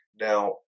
Now